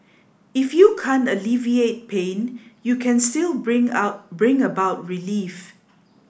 if you can't alleviate pain you can still bring out bring about relief